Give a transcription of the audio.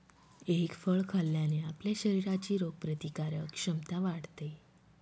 egg फळ खाल्ल्याने आपल्या शरीराची रोगप्रतिकारक क्षमता वाढते